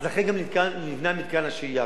לכן גם נבנה מתקן השהייה.